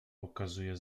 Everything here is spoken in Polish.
okazuje